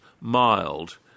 mild